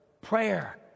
prayer